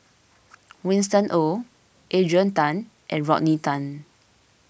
Winston Oh Adrian Tan and Rodney Tan